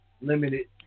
Limited